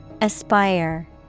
Aspire